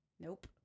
Nope